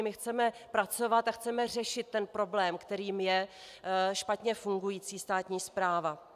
My chceme pracovat a chceme řešit problém, kterým je špatně fungující státní správa.